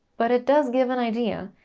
but it does give an idea.